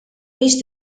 mhix